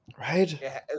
right